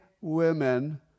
women